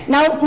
Now